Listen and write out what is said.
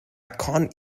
can’t